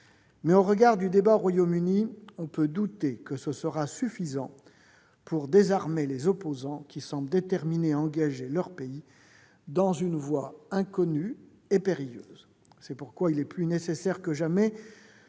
Mais, au regard du débat tel qu'il a lieu au Royaume-Uni, on peut douter que ce soit suffisant pour désarmer les opposants, qui semblent déterminés à engager leur pays dans une voie inconnue et périlleuse ! C'est pourquoi il est plus nécessaire que jamais